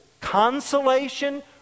Consolation